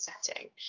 setting